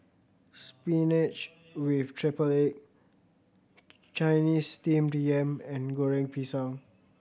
spinach with triple egg Chinese Steamed Yam and Goreng Pisang